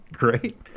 Great